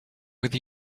with